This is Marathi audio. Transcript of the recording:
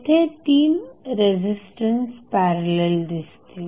येथे 3 रेझिस्टन्स पॅरलल दिसतील